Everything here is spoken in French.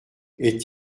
est